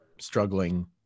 struggling